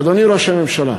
אדוני ראש הממשלה,